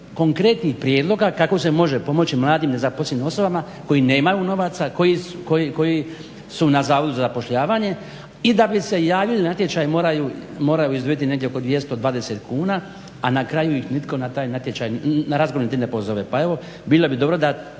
konkretnih prijedloga kako se može pomoći mladim nezaposlenim osobama koji nemaju novaca, koji su na zavodu za zapošljavanje i da bi se javili na natječaj moraju izdvojiti negdje oko 220 kuna, a na kraju ih nitko na razgovor niti ne pozove.